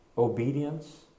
obedience